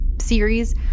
series